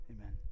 Amen